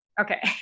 Okay